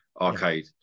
arcade